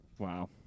Wow